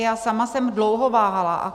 Já sama jsem dlouho váhala.